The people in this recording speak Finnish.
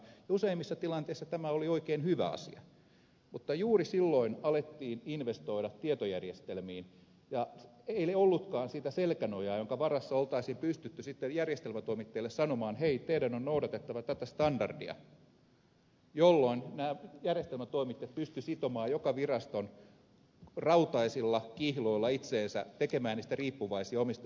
useimmissa tilanteissa tämä oli oikein hyvä asia mutta juuri silloin alettiin investoida tietojärjestelmiin eikä ollutkaan sitä selkänojaa jonka varassa olisi pystytty sitten järjestelmätoimittajalle sanomaan että hei teidän on noudatettava tätä standardia jolloin nämä järjestelmätoimittajat pystyivät sitomaan joka viraston rautaisilla kihloilla itseensä tekemään niistä riippuvaisia omista järjestelmistään